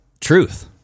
truth